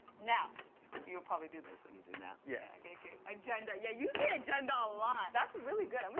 now you would probably do this, when you do now. yeah. okay, okay. agenda yeah, you say agenda a lot. that's really good. i mean